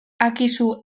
akizu